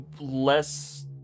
less